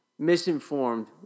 Misinformed